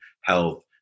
health